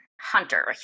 hunter